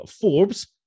Forbes